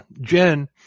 jen